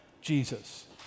Jesus